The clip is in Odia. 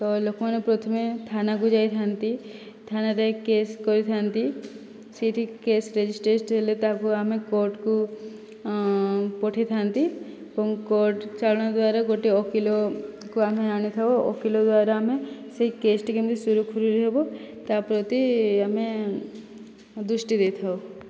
ତ ଲୋକମାନେ ପ୍ରଥମେ ଥାନାକୁ ଯାଇଥାନ୍ତି ଥାନାରେ କେସ୍ କରିଥାନ୍ତି ସେଠି କେସ୍ ରେଜିଷ୍ଟର ହେଲେ ତାହାକୁ ଆମେ କୋର୍ଟକୁ ପଠାଇଥାନ୍ତି ଏବଂ କୋର୍ଟ ଚାଳନ ଦ୍ୱାରା ଗୋଟିଏ ଓକିଲକୁ ଆମେ ଆଣିଥାଉ ଓକିଲ ଦ୍ଵାରା ଆମେ ସେହି କେସ୍ଟି କେମିତି ସୁରୁଖୁରୁରେ ହେବ ତା' ପ୍ରତି ଆମେ ଦୃଷ୍ଟି ଦେଇଥାଉ